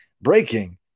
breaking